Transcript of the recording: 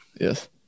Yes